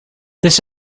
this